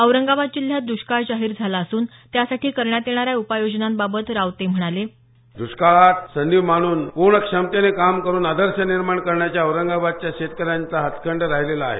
औरंगाबाद जिल्ह्यात दुष्काळ जाहीर झाला असून त्यासाठी करण्यात येणाऱ्या उपाययोजनांबाबत रावते म्हणाले दुष्काळात संधी माणून पूर्ण क्षमतेने काम करून आदर्श निर्माण करण्याच्या औरंगाबादच्या शेतकऱ्यांचा हातखंड राहिलेला आहे